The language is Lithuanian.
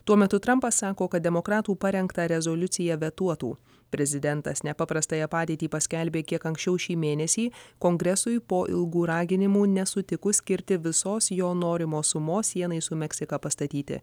tuo metu trampas sako kad demokratų parengtą rezoliuciją vetuotų prezidentas nepaprastąją padėtį paskelbė kiek anksčiau šį mėnesį kongresui po ilgų raginimų nesutikus skirti visos jo norimos sumos sienai su meksika pastatyti